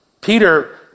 Peter